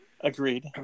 Agreed